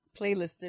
playlisted